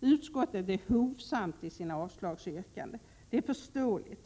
Utskottet är hovsamt i sina avslagsyrkanden. Det är förståeligt.